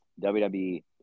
WWE